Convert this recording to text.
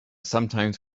sometimes